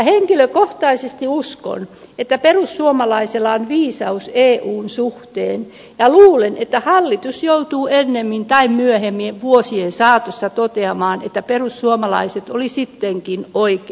henkilökohtaisesti uskon että perussuomalaisilla on viisaus eun suhteen ja luulen että hallitus joutuu ennemmin tai myöhemmin vuosien saatossa toteamaan että perussuomalaiset olivat sittenkin oikeassa